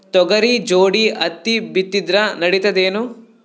ತೊಗರಿ ಜೋಡಿ ಹತ್ತಿ ಬಿತ್ತಿದ್ರ ನಡಿತದೇನು?